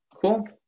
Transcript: Cool